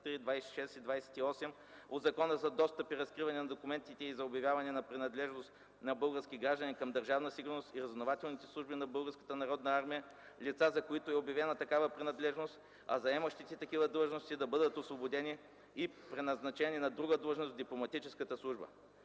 26 и 28 от Закона за достъп и разкриване на документите и за обявяване на принадлежност на български граждани към Държавна сигурност и разузнавателните служби на Българската народна армия лица, за които е обявена такава принадлежност, а заемащите такива длъжности да бъдат освободени и преназначени на друга длъжност в дипломатическата служба.